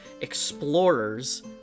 explorers